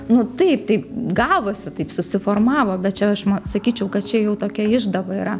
nu taip taip gavosi taip susiformavo bet čia aš ma sakyčiau kad čia jau tokia išdava yra